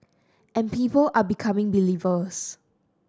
and people are becoming believers